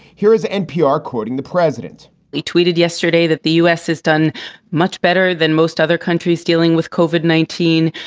here is npr quoting the president he tweeted yesterday that the us has done much better than most other countries dealing with covid nineteen.